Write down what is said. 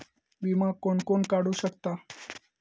विमा कोण कोण काढू शकता?